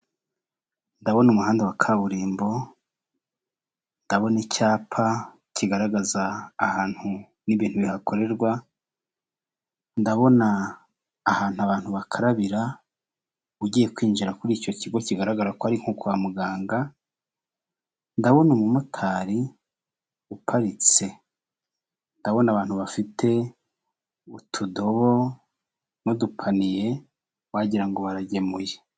Ndabona umuhanda wa kaburimbo, ndabona icyapa kigaragaza ahantu ni'ibintu bihakorerwa, ndabona ahantu abantu bakarabira ugiye kwinjira kuri icyo kigo kigaragara ko ari nko kwa muganga, ndabona umumotari uparitse, ndabona abantu bafite utudobo n'udukaniye wagirango baragemuye.